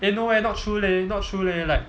eh no eh not true leh not true leh like